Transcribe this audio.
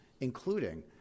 including